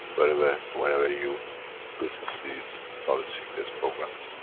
where ever. where ever you listen to these knowledge seekers programs.